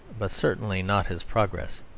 but certainly not as progress.